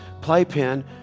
playpen